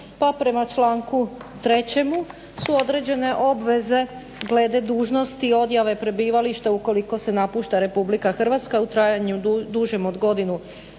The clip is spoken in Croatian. pa prema članku 3. su određene obveze glede dužnosti odjave prebivališta ukoliko se napušta RH u trajanju dužem od godinu